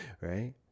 right